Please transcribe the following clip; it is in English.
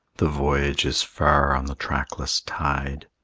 the voyage is far on the trackless tide,